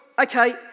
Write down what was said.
okay